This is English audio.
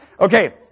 Okay